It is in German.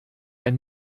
ein